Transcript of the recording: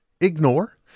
ignore